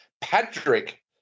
Patrick